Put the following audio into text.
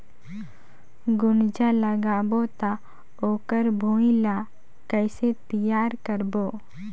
गुनजा लगाबो ता ओकर भुईं ला कइसे तियार करबो?